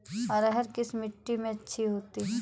अरहर किस मिट्टी में अच्छी होती है?